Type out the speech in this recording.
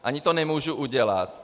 Ani to nemůžu udělat.